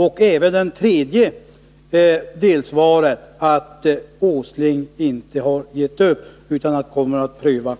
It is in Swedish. Enligt det tredje delsvaret har industriminister Åsling inte gett upp, utan han kommer att pröva